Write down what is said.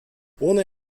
ohne